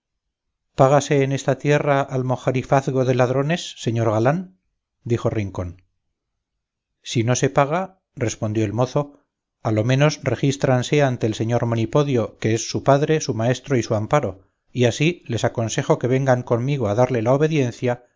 págase en esta tierra almojarifazgo de ladrones señor galán dijo rincón si no se paga respondió el mozo a lo menos regístranse ante el señor monipodio que es su padre su maestro y su amparo y así les aconsejo que vengan conmigo a darle la obediencia